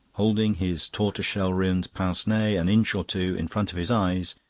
holding his tortoise-shell-rimmed pince-nez an inch or two in front of his eyes,